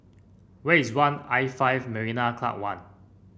where is One I Five Marina Club One